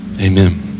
Amen